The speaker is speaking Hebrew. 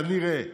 כנראה,